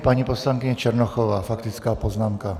Paní poslankyně Černochová faktická poznámka.